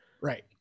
right